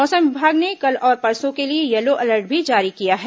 मौसम विभाग ने कल और परसों के लिए यलो अलर्ट भी जारी किया है